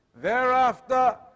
Thereafter